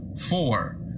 Four